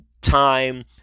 time